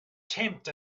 tempt